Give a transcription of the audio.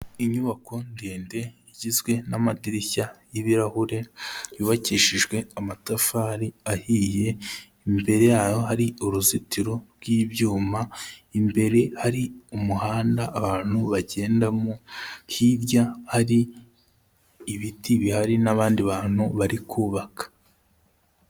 Inyubako ndende igizwe n'amadirishya y'ibirahure yubakishijwe amatafari ahiye, imbere yayo hari uruzitiro rw'ibyuma, imbere hari umuhanda abantu bagendamo, hirya hari ibiti bihari n'abandi bantu bari kubaka.